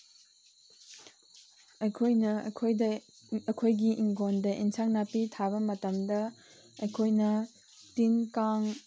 ꯑꯩꯈꯣꯏꯅ ꯑꯩꯈꯣꯏꯗ ꯑꯩꯈꯣꯏꯒꯤ ꯏꯪꯈꯣꯜꯗ ꯑꯦꯟꯁꯥꯡ ꯅꯥꯄꯤ ꯊꯥꯕ ꯃꯇꯝꯗ ꯑꯩꯈꯣꯏꯅ ꯇꯤꯟ ꯀꯥꯡ